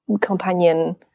companion